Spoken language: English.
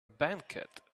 banquet